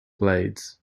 blades